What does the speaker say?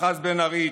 אחז בן-ארי,